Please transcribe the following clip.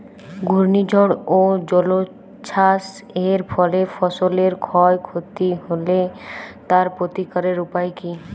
ঘূর্ণিঝড় ও জলোচ্ছ্বাস এর ফলে ফসলের ক্ষয় ক্ষতি হলে তার প্রতিকারের উপায় কী?